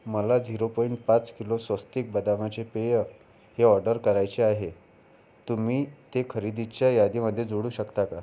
मला zero point पाच kilo स्वस्तिक बदामाचे पेय हे ऑर्डर करायचे आहे तुम्ही ते खरेदीच्या यादीमध्ये जोडू शकता का